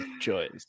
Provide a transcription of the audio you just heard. choice